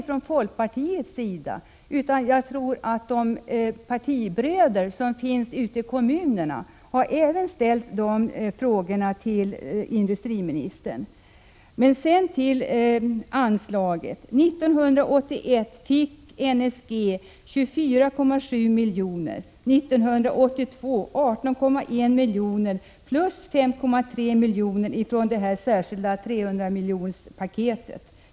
Från folkpartiets sida är det inte bara jag, utan också partibröder ute i kommunerna som har ställt dessa frågor till industriministern. Så till anslaget. 1981 fick NSG 24,7 miljoner. 1982 fick NSG 18,1 miljoner plus 5,3 miljoner från det särskilda 300-miljonerspaketet.